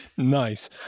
Nice